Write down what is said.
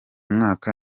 mwaka